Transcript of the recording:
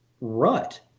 rut